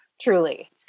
Truly